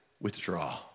withdraw